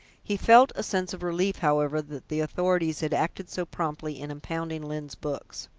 he felt a sense of relief, however, that the authorities had acted so promptly in impounding lyne's books.